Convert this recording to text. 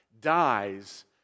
dies